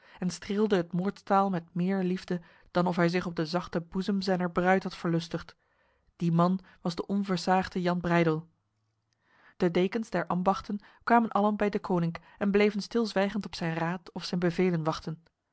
en streelde het moordstaal met meer liefde dan of hij zich op de zachte boezem zijner bruid had verlustigd die man was de onversaagde jan breydel de dekens der ambachten kwamen allen bij deconinck en bleven stilzwijgend op zijn raad of zijn bevelen wachten